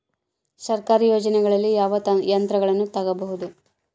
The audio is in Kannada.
ಸರ್ಕಾರಿ ಯೋಜನೆಗಳಲ್ಲಿ ಯಾವ ಯಂತ್ರಗಳನ್ನ ತಗಬಹುದು?